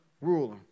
ruler